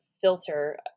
filter